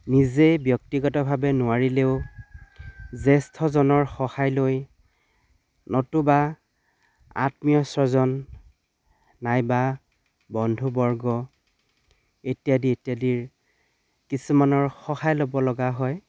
নিজেই ব্যক্তিগতভাৱে নোৱাৰিলেও জ্য়েষ্ঠজনৰ সহায় লৈ নতুবা অত্মীয় স্বজন নাইবা বন্ধুবৰ্গ ইত্যাদি ইত্যাদিৰ কিছুমানৰ সহায় ল'ব লগা হয়